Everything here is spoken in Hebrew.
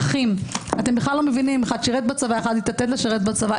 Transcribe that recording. אחד שירת בצבא, אחד התעתד לשרת בצבא.